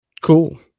Cool